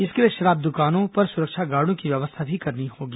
इसके लिए शराब दुकानों पर सुरक्षा गार्डो की व्यवस्था भी करनी होगी